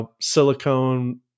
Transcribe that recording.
silicone